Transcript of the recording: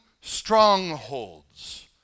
strongholds